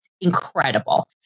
incredible